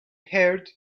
heard